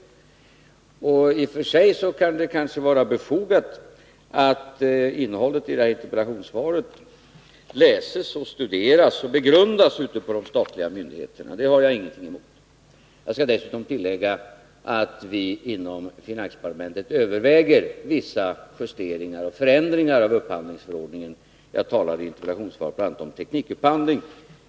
I och för sig kan det kanske vara befogat att innehållet i interpellationssvaret läses, studeras och begrundas ute på de statliga myndigheterna. Det har jag ingenting emot. Jag skall dessutom tillägga att vi inom finansdepartementet överväger vissa justeringar och förändringar av upphandlingsförordningen. Jag talar i interpellationssvaret bl.a. om teknikupphandling.